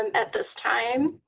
um at this time.